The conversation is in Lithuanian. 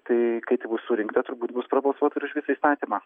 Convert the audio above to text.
tai kai tik bus surinkta turbūt bus prabalsuota ir už visą įstatymą